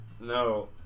No